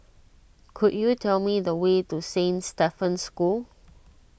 could you tell me the way to Saint Stephen's School